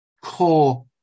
core